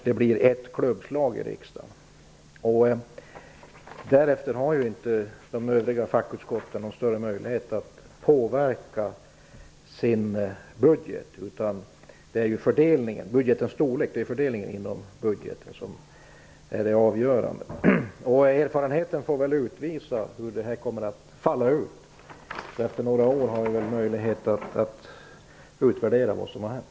Det blir ett klubbslag i riksdagen. Därefter har de övriga fackutskotten inte någon större möjlighet att påverka sin budgets storlek. Det är ju fördelningen av den totala budgeten som är avgörande. Erfarenheten får utvisa hur det här kommer att falla ut. Efter några år har vi möjlighet att utvärdera vad som har hänt.